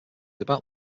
about